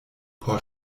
por